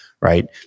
right